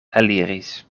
eliris